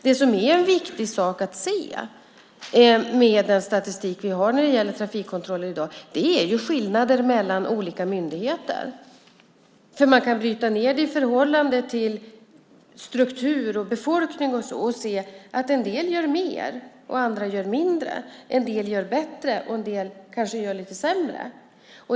Det som är viktigt att se med statistiken över trafikkontroller är ju skillnaden mellan olika myndigheter. Man kan bryta ned statistiken i förhållande till struktur, befolkning och så vidare och se att en del gör mer och andra mindre. En del gör bättre insatser och en del kanske är lite sämre.